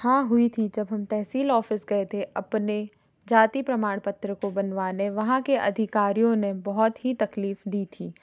हाँ हुई थी जब हम तहसील औफिस गए थे अपने जाति प्रमाण पत्र को बनवाने वहाँ के अधिकारियों ने बहुत ही तकलीफ दी थी